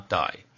die